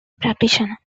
practitioner